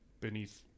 beneath